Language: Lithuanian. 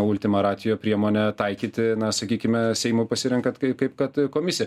ultima racijo priemonę taikyti na sakykime seimui pasirenkat kai kaip kad komisija